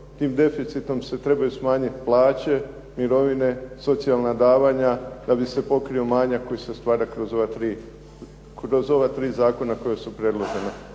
tim deficitom se trebaju smanjiti plaće, mirovine, socijalna davanja da bi se pokrio manjak koji se stvara kroz ova tri zakona koja su predložena.